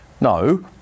no